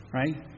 right